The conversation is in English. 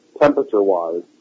temperature-wise